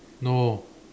no